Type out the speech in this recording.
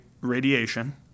radiation